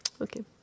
Okay